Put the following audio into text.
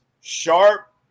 sharp